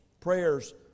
Prayers